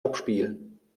abspielen